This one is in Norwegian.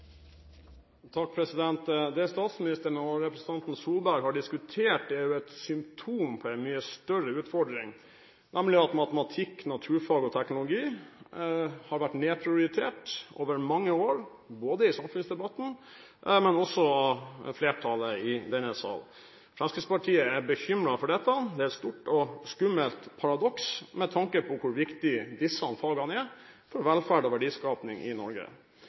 Solberg har diskutert, er et symptom på en mye større utfordring, nemlig at matematikk, naturfag og teknologifag har vært nedprioritert gjennom mange år, både i samfunnsdebatten og også av flertallet i denne sal. Fremskrittspartiet er bekymret for dette. Det er et stort og skummelt paradoks med tanke på hvor viktige disse fagene er for velferd og verdiskaping i Norge.